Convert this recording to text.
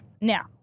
Now